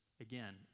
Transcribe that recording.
again